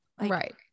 Right